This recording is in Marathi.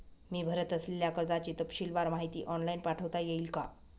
मी भरत असलेल्या कर्जाची तपशीलवार माहिती ऑनलाइन पाठवता येईल का?